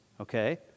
okay